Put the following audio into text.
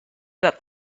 that